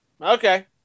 okay